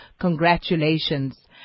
Congratulations